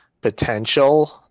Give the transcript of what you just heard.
potential